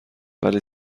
ولی